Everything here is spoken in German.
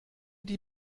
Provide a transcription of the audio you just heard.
die